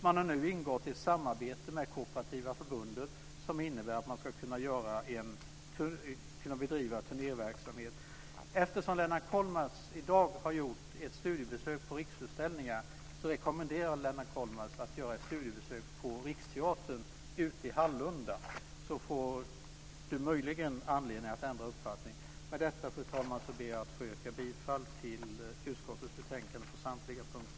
Man har nu ingått ett samarbete med Kooperativa förbundet, som innebär att man ska kunna bedriva turnéverksamhet. Eftersom Lennart Kollmats i dag har gjort studiebesök på Riksutställningar rekommenderar jag Lennart Kollmats att göra ett studiebesök på Riksteatern ute i Hallunda. Då får han möjligen anledning att ändra uppfattning. Med detta, fru talman, ber jag att få yrka bifall till utskottets hemställan på samtliga punkter.